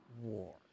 War